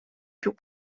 più